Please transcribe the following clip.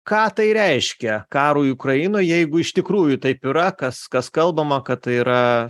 ką tai reiškia karui ukrainoj jeigu iš tikrųjų taip yra kas kas kalbama kad yra